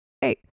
hey